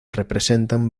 representan